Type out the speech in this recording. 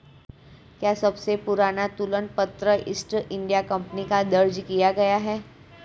क्या सबसे पुराना तुलन पत्र ईस्ट इंडिया कंपनी का दर्ज किया गया है?